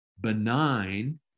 benign